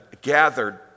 gathered